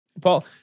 Paul